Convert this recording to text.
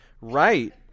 right